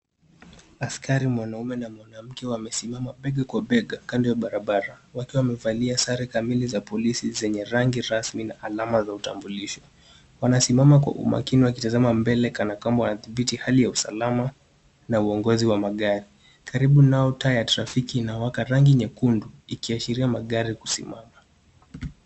Askari mwanaume na mwanamke wamesima bega kwa bega, kando ya barabara. Wakiwa wamevalia sare kamili za polisi zenye rangi rasmi, na alama za utambulisho. Wanasimama kwa umakini wakitazama mbele kana kwamba wanadhibiti hali ya usalama, na uongozi wa magari. Karibu nao taa ya trafiki inawaka rangi nyekundu, ikiashiria magari kusimama.